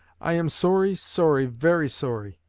i am sorry, sorry, very sorry.